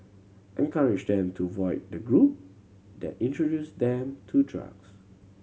encourage them to avoid the group that introduced them to drugs